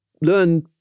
learn